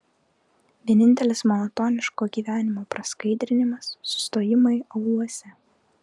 vienintelis monotoniško gyvenimo praskaidrinimas sustojimai aūluose